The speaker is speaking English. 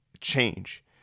change